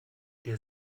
der